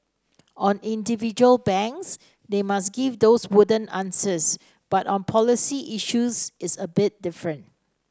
on individual banks they must give those wooden answers but on policy issues it's a bit different